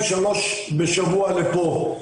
שלוש בשבוע לפה,